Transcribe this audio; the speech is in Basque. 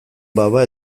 baba